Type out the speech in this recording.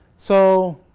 so.